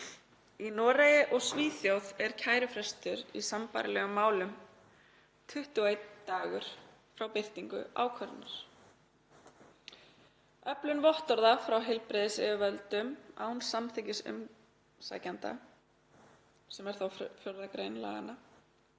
Í Noregi og Svíþjóð er kærufrestur í sambærilegum málum 21 dagur frá birtingu ákvörðunar. Öflun vottorða frá heilbrigðisyfirvöldum án samþykkis umsækjenda, sem er þá 4. gr. laganna,